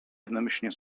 jednomyślnie